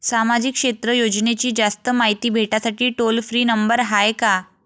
सामाजिक क्षेत्र योजनेची जास्त मायती भेटासाठी टोल फ्री नंबर हाय का?